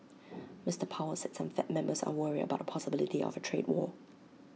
Mister powell said some fed members are worried about the possibility of A trade war